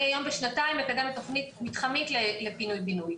אני היום בשנתיים מקדמת תכנית מתחמית לפינוי בינוי.